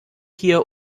hier